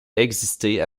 exister